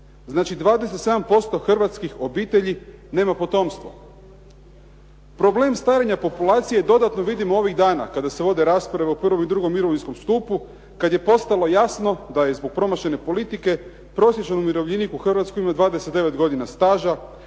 znači 27% hrvatskih obitelji nema potomstvo. Problem starenja populacije dodatno vidim ovih dana kada se vode rasprave o prvom i drugom mirovinskom stupu, kad je postalo jasno da je zbog promašene politike prosječan umirovljenik u Hrvatskoj ima 29 godina staža,